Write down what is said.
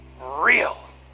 real